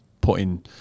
putting